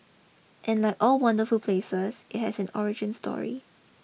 and like all wonderful places it has an origin story